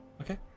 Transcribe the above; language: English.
Okay